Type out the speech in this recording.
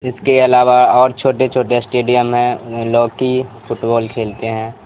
اس کے علاوہ اور چھوٹے چھوٹے اسٹیڈیم ہیں ہاکی فٹ بال کھیلتے ہیں